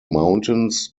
mountains